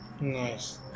Nice